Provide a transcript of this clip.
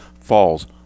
falls